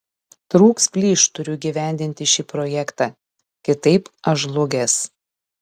trūks plyš turiu įgyvendinti šį projektą kitaip aš žlugęs